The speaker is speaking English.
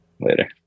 Later